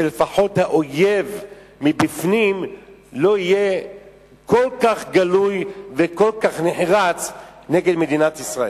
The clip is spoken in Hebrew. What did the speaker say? שלפחות האויב מבפנים לא יהיה כל כך גלוי וכל כך נחרץ נגד מדינת ישראל.